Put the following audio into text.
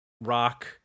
rock